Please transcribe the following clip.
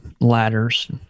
ladders